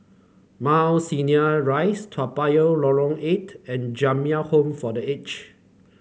Mount Sinai Rise Toa Payoh Lorong Eight and Jamiyah Home for The Aged